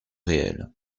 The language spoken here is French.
réel